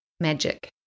magic